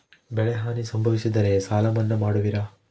ಬೆಳೆಹಾನಿ ಸಂಭವಿಸಿದರೆ ಸಾಲ ಮನ್ನಾ ಮಾಡುವಿರ?